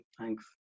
thanks